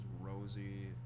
Rosie